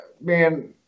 man